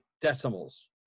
decimals